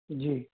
जी